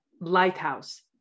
lighthouse